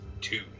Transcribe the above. two